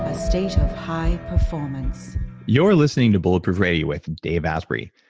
ah state of high performance you're listening to bulletproof radio with dave asprey.